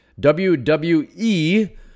WWE